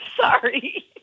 sorry